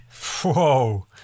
Whoa